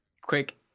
quick